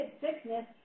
sickness